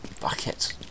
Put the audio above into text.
bucket